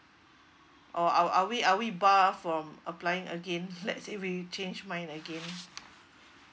or are are we are we bar from applying again let's say we change mind again